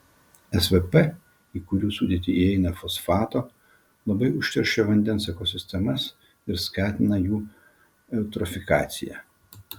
svp į kurių sudėtį įeina fosfato labai užteršia vandens ekosistemas ir skatina jų eutrofikaciją